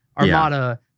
Armada